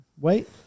wait